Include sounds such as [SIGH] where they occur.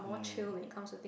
mm [BREATH]